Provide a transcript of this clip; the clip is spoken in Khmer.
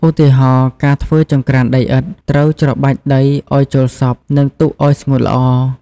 ឧទាហរណ៍ ការធ្វើចង្ក្រានដីឥដ្ឋ ត្រូវច្របាច់ដីឲ្យចូលសព្វ និងទុកឲ្យស្ងួតល្អ។